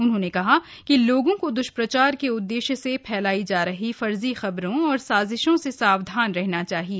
उन्होंने कहा कि लोगों को दृष्पचार के उद्देश्य से फैलाई जा रही फर्जी खबरों और साजिशों से सावधान रहना चाहिए